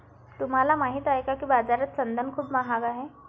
तुम्हाला माहित आहे का की बाजारात चंदन खूप महाग आहे?